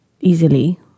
easily